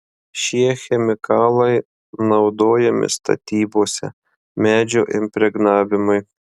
šie chemikalai naudojami statybose medžio impregnavimui